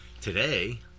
today